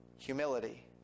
humility